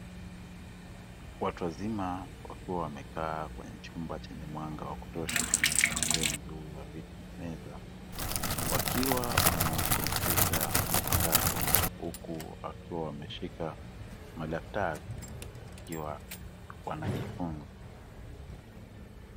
Watu wazima wakiwa wamekaa kwenye chumba chenye mwanga wa kutosha; chenye mpangilio mzuri wa viti na meza, wakiwa wana kompyuta mpakato huku wakiwa wameshika madaftari, wakiwa wanajifunza.